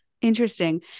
interesting